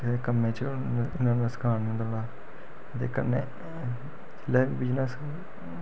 एह्दे कम्मै च न्हाड़ा नकसान नी होंदा ओह्दा कन्नै जेल्लै बिजनेस